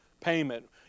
payment